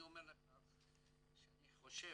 אני אומר לך שאני חושב,